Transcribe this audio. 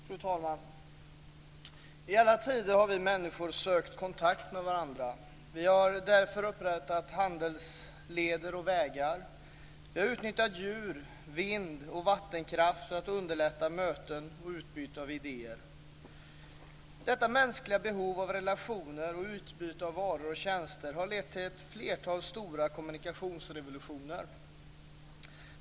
Fru talman! I alla tider har vi människor sökt kontakt med varandra. Vi har därför upprättat handelsleder och vägar. Vi har utnyttjat djurens, vindens och vattnets krafter för att underlätta möten och utbyte av idéer. Detta mänskliga behov av relationer och utbyte av varor och tjänster har lett till ett flertal stora kommunikationsrevolutioner.